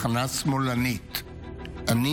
זו